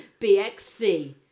BXC